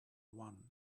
one